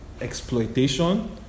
exploitation